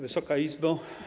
Wysoka Izbo!